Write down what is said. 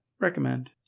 recommend